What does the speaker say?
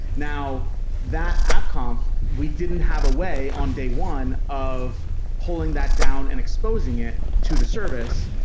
now that app conf, we didn't have a way on day one of pulling that down and exposing it to the service,